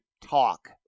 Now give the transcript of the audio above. talk